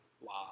Wow